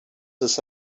ist